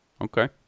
Okay